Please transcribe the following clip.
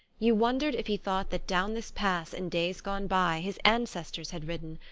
you wondered if he thought that down this pass in days gone by his ancestors had ridden,